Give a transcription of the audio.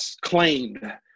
claimed